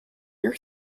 your